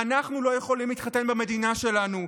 אנחנו לא יכולים להתחתן במדינה שלנו,